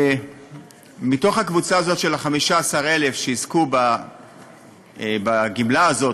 מתוך הקבוצה הזאת של ה-15,000 שיזכו בגמלה הזאת,